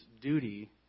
duty